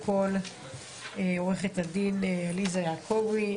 עו"ד עליזה יעקובי,